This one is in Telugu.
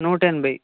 నూట ఎనభై